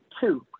two